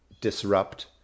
disrupt